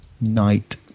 night